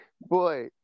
Boy